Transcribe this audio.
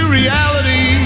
reality